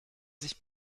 sich